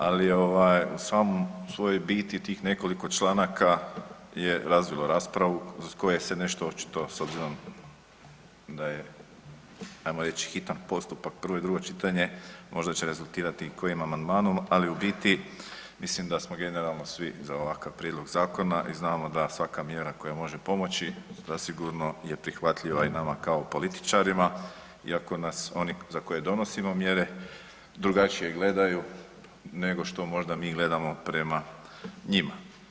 Ali ovaj u samoj svojoj biti tih nekoliko članaka je razvilo raspravu iz koje se nešto očito s obzirom da je, ajmo reći, hitan postupak, prvo i drugo čitanje, možda će rezultirati i kojim amandmanom, ali u biti mislim da smo generalno svi za ovakav prijedlog zakona i znamo da svaka mjera koja može pomoći zasigurno je prihvatljiva i nama kao političarima iako nas oni za koje donosimo mjere drugačije gledaju nego što možda mi gledamo prema njima.